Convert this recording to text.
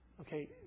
Okay